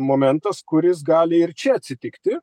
momentas kuris gali ir čia atsitikti